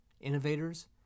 innovators